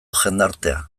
jendartea